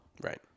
Right